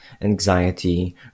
anxiety